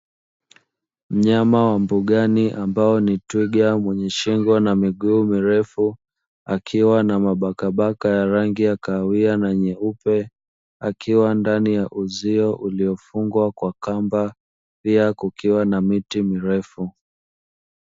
Mnyama wa mbugani ambae ni twiga mwenye shingo na miguu mirefu akiwa na mabakabaka ya rangi ya kahawia na nyeupe, akiwa ndani ya uzio uliofungwa kwa kamba pia kukiwa na miti mirefu.